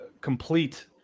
complete